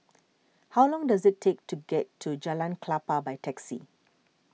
how long does it take to get to Jalan Klapa by taxi